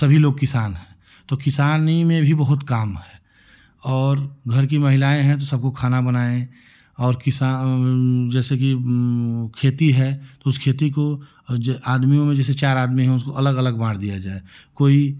तभी लोग किसान हैं तो किसानी में भी बहुत काम है और घर की महिलाएं हैं तो सबको खाना बनाएं और किसा जैसे की खेती है तो उस खेती को ज आदमियों में जैसे चार आदमी हैं उसमें अलग अलग बांट दिया जाए कोई